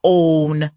own